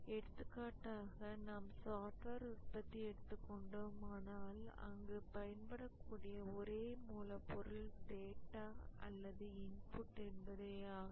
எடுத்துகாட்டாக நாம் சாஃப்ட்வேர் உற்பத்தி எடுத்துக் கொண்டோமானால் அங்கு பயன்படக்கூடிய ஒரே மூலப்பொருள் டேட்டா அல்லது இன்புட் என்பதேயாகும்